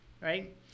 Right